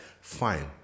fine